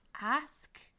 ask